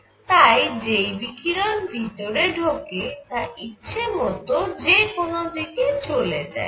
তাই যেই বিকিরণ ভিতরে ঢোকে তা ইচ্ছামত যে কোন দিকে চলে যায়